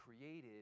created